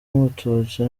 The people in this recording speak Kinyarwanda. umututsi